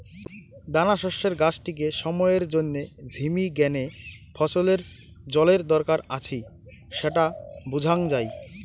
দানাশস্যের গাছটিকে সময়ের জইন্যে ঝিমি গ্যানে ফছলের জলের দরকার আছি স্যাটা বুঝাং যাই